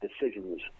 decisions